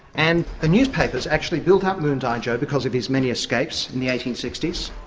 and the newspapers actually built up moondyne joe because of his many escapes in the eighteen sixty s,